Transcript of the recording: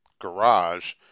garage